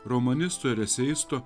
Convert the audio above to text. romanisto eseisto